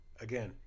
again